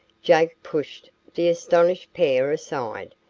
jake pushed the astonished pair aside,